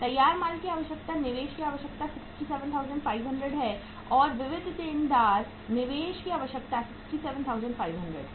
तैयार माल की आवश्यकता निवेश की आवश्यकता 67500 है और विविध देनदार निवेश की आवश्यकता 67500 है